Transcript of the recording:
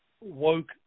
woke